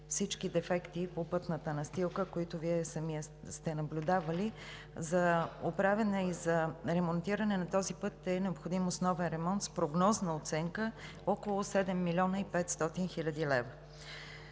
всички дефекти по пътната настилка, които Вие самият сте наблюдавали. За оправяне и за ремонтиране на този път е необходим основен ремонт с прогнозна оценка около 7 млн. 500 хил. лв.